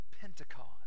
Pentecost